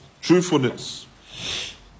truthfulness